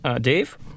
Dave